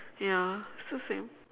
ya still same